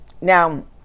Now